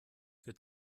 für